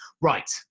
right